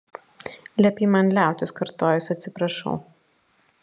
liepei man liautis kartojus atsiprašau